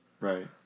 Right